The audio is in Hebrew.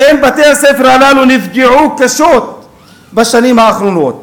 לכן, בתי-הספר הללו נפגעו קשות בשנים האחרונות.